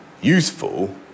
useful